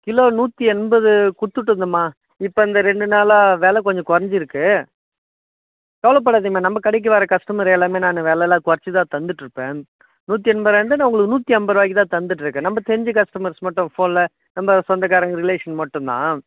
kilo நூற்றி எண்பது கொடுத்துட்டு இருந்தேன்மா இப்போ இந்த ரெண்டு நாளாக வில கொஞ்சம் குறஞ்சிருக்கு கவலைப்படாதீங்கம்மா நம்ம கடைக்கு வர கஸ்டமர் எல்லாமே நான் விலலாம் குறைச்சி தான் தந்துட்டு இருப்பேன் நூற்றி எண்பது ருபாயிலேர்ந்து நான் உங்களுக்கு நூற்றி ஐம்பது ருபாய்க்கு தான் தந்துட்டு இருக்கேன் நம்ம தெரிஞ்ச கஸ்டமர்ஸ்க்கு மட்டும் போன்ல நம்ம சொந்தக்காரங்க ரிலேஷன் மட்டுந்தான்